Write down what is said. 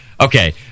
Okay